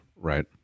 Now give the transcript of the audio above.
Right